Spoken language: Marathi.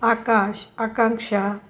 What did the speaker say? आकाश आकांक्षा